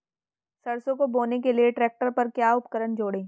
सरसों को बोने के लिये ट्रैक्टर पर क्या उपकरण जोड़ें?